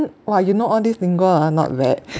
!wah! you know all these lingua ah not bad